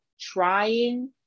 trying